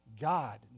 God